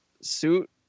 suit